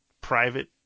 private